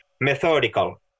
methodical